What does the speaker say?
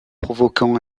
provoquant